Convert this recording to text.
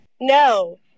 No